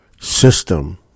system